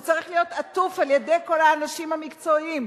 הוא צריך להיות עטוף על-ידי כל האנשים המקצועיים.